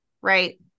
right